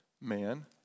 man